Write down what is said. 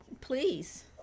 please